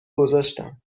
گذاشتم